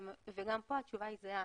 גם כאן התשובה היא זהה.